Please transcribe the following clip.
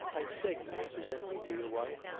i beg you to present me to your wife.